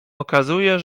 okazuje